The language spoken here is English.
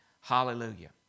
Hallelujah